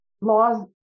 laws